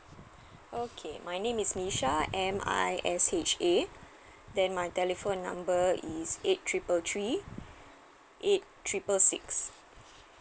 okay my name is misha M_I_S_H_A then my telephone number is eight triple three eight triple six